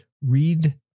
read